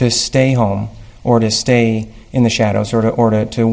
to stay home or to stay in the shadows sort of order to